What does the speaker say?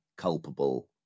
culpable